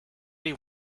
did